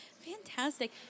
Fantastic